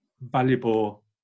valuable